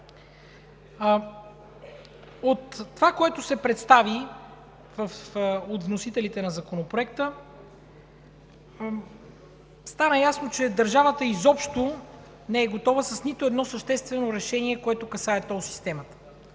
От това, което се представи от вносителите на Законопроекта, стана ясно, че държавата изобщо не е готова с нито едно съществено решение, което касае тол системата.